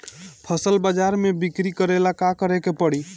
फसल बाजार मे बिक्री करेला का करेके परी?